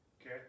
okay